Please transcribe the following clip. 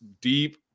deep